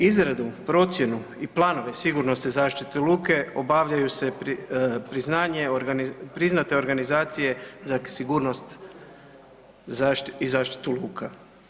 Izradu, procjenu i planove sigurnosne zaštite luke obavljaju se priznate organizacije za sigurnost i zaštitu luka.